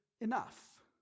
enough